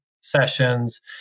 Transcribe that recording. sessions